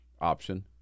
option